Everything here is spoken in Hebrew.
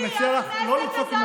אני מציע לך לא לצעוק.